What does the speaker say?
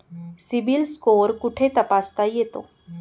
CIBIL score कुठे तपासता येतो?